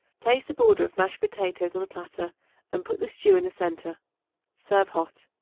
place a border of mashed potatoes on a platter and put the stew in the centre serve hot.